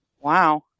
Wow